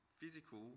physical